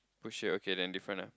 push it okay then different ah